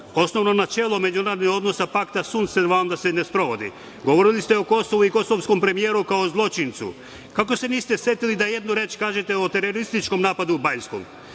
načelo međunarodnih odnosa se ne sprovodi. Govorili ste o Kosovu i kosovskom premijeru kao zločincu. Kako se niste setili da jednu reč kažete o terorističkom napadu u Banjskom?